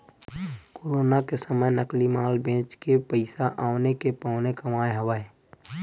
corona के समे नकली माल बेचके पइसा औने के पौने कमाए हवय